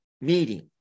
meeting